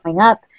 up